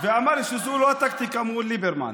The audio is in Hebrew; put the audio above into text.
הוא אמר שזאת לא טקטיקה מול ליברמן,